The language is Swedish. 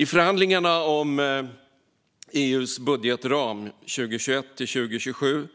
I förhandlingarna om EU:s budgetram för 2021-2027